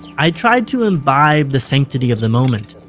i tried to imbibe the sanctity of the moment.